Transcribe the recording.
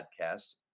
podcasts